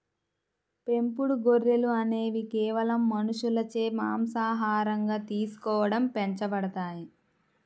పెంపుడు గొర్రెలు అనేవి కేవలం మనుషులచే మాంసాహారంగా తీసుకోవడం పెంచబడతాయి